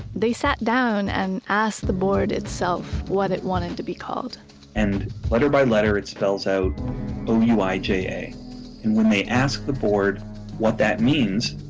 they sat down and asked the board itself what it wanted to be called and letter by letter it spells out o u i j a, and when they asked the board what that means,